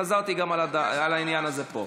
חזרתי גם על העניין הזה פה.